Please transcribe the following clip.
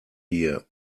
year